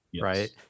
right